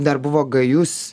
dar buvo gajus